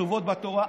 שכתובות בתורה,